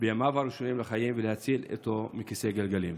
כבר בימיו הראשונים בחיים ולהציל אותו מכיסא גלגלים.